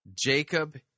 Jacob